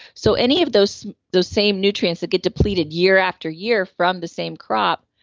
so any of those those same nutrients that get depleted year after year from the same crop,